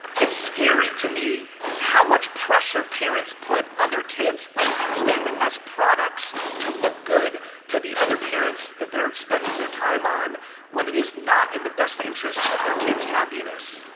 it's scary to me how much pressure parents put on their kids and use them as products to look good to the other parents that they're spending their time on when it is not in the best interest of their kids happiness